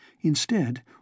Instead